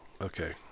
Okay